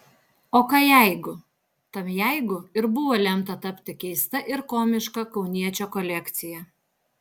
o ką jeigu tam jeigu ir buvo lemta tapti keista ir komiška kauniečio kolekcija